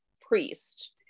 priest